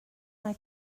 mae